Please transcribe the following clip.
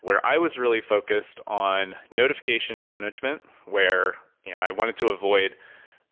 where i was really focused on notification management where you know i wanted to avoid